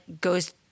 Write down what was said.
goes